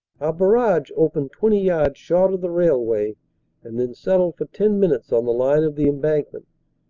barrage opened twenty yards short of the railway and then settled for ten minutes on the line of the embankment,